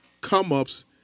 come-ups